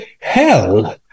hell